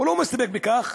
הוא לא מסתפק בכך.